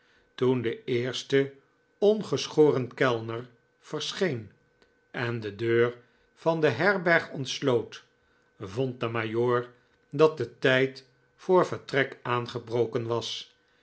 toen de eerste ongeschoren kellner verscheen en de deur van de herberg ontsloot vond de majoor dat de tijd voor vertrek aangebroken was